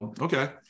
okay